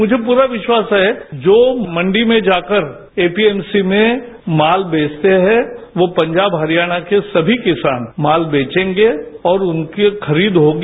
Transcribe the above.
मुझे पूरा विश्वास है जो मंडी में जाकर एपीएमसी में माल बेचते है वो पंजाब हरियाणा के सभी किसान माल बेचेंगे और उनकी खरीद होगी